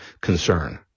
concern